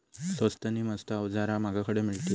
स्वस्त नी मस्त अवजारा माका खडे मिळतीत?